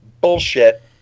bullshit